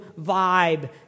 vibe